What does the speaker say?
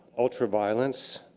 ultra-violence,